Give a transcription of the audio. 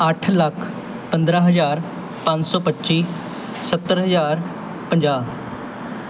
ਅੱਠ ਲੱਖ ਪੰਦਰਾਂ ਹਜ਼ਾਰ ਪੰਜ ਸੌ ਪੱਚੀ ਸੱਤਰ ਹਜ਼ਾਰ ਪੰਜਾਹ